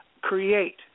create